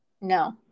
No